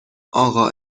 اقا